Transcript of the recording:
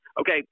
okay